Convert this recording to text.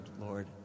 Lord